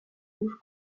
rouges